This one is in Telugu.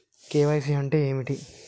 కే.వై.సీ అంటే ఏమిటి?